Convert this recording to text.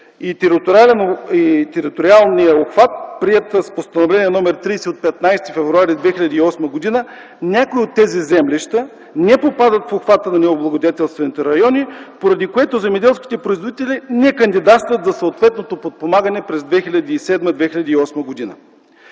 и териториалния обхват, приета с Постановление № 30 от 15 февруари 2008 г., някои от тези землища не попадат в обхвата на необлагодетелстваните райони, поради което земеделските производители не кандидатстват за съответното подпомагане през 2007-2008 г.